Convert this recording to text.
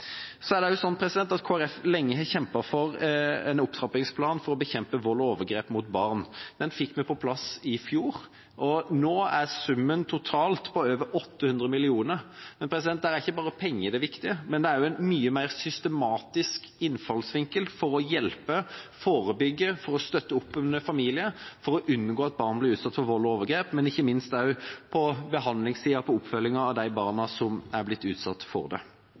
lenge kjempet for en opptrappingsplan for å bekjempe vold og overgrep mot barn. Den fikk vi på plass i fjor. Nå er summen totalt på over 800 mill. kr. Men det er ikke bare pengene som er viktig, det er også en mye mer systematisk innfallsvinkel for å hjelpe, forebygge og støtte opp under familier for å unngå at barn blir utsatt for vold og overgrep, men ikke minst også på behandlingssida i oppfølgingen av de barna som er blitt utsatt for det.